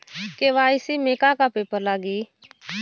KYC में का का पेपर लगी?